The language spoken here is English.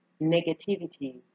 negativity